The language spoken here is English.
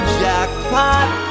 jackpot